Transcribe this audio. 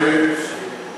אולי כדאי לעשות.